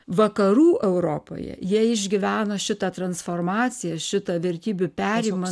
vakarų europoje jie išgyvena šitą transformaciją šitą vertybių perėmimą